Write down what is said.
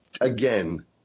again